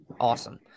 Awesome